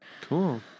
Cool